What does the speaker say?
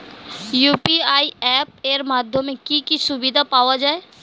UPI app এর মাধ্যমে কি কি সুবিধা পাওয়া যায়?